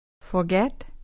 Forget